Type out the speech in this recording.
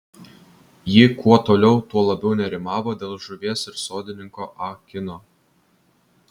ji kuo toliau tuo labiau nerimavo dėl žuvies ir sodininko ah kino